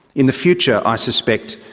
in the future, i suspect,